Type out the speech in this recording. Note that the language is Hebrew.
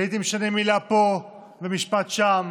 והייתי משנה מילה פה ומשפט שם,